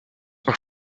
son